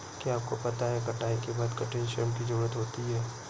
क्या आपको पता है कटाई के बाद कठिन श्रम की ज़रूरत होती है?